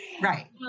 Right